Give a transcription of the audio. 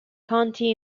county